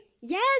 Yes